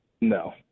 No